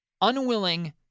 unwilling